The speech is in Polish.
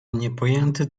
niepojęty